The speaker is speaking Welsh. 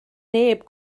neb